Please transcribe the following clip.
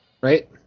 Right